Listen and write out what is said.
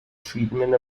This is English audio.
treatment